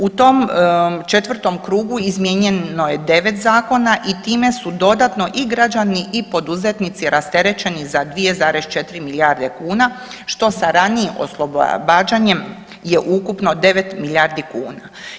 U tom 4 krugu izmijenjeno je 9 zakona i time su dodatno i građani i poduzetnici rasterećeni za 2,4 milijarde kuna što sa ranijim oslobađanjem je ukupno 9 milijardi kuna.